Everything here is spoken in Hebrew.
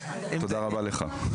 תודה רבה לך.